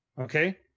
okay